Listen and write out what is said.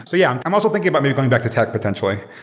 so yeah, i'm also thinking about maybe going back to tech potentially,